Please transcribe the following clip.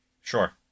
sure